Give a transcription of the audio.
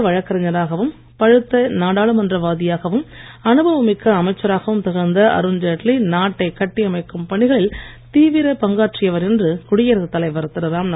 சிறந்த வழக்கறிஞராகவும் பழுத்த நாடாளுமன்ற வாதியாவும் அனுபவமிக்க அமைச்சராகவும் திகழ்ந்த அருண்ஜெட்லி நாட்டை கட்டியமைக்கும் பணிகளில் தீவிரப் பங்காற்றியவர் என்று குடியரசுத் தலைவர் திரு